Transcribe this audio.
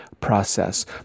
process